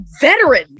veteran